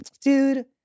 Dude